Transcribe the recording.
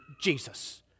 Jesus